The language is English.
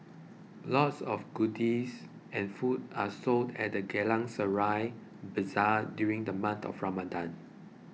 lots of goodies and food are sold at the Geylang Serai Bazaar during the month of Ramadan